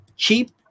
Cheap